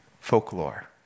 folklore